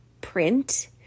print